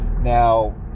Now